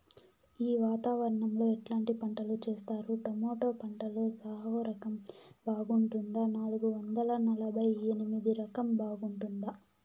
ఈ వాతావరణం లో ఎట్లాంటి పంటలు చేస్తారు? టొమాటో పంటలో సాహో రకం బాగుంటుందా నాలుగు వందల నలభై ఎనిమిది రకం బాగుంటుందా?